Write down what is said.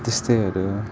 त्यस्तैहरू